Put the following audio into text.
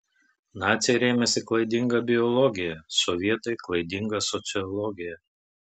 naciai rėmėsi klaidinga biologija sovietai klaidinga sociologija